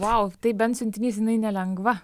vau tai bent siuntinys jinai nelengva